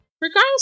Regardless